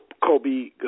Kobe